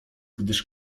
gdyż